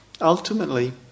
ultimately